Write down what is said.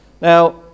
Now